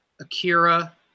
Akira